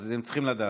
אז הם צריכים לדעת.